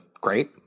great